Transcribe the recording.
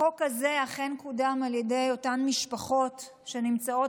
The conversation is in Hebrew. החוק הזה אכן קודם על ידי אותן משפחות שנמצאות